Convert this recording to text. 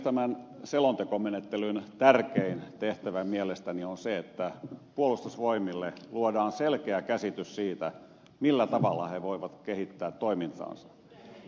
tämän selontekomenettelyn tärkein tehtävä mielestäni on se että puolustusvoimille luodaan selkeä käsitys siitä millä tavalla he voivat kehittää toimintaansa